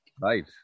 Right